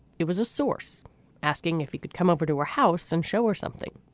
it was a source asking if he could come over to her house and show or something.